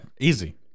easy